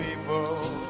people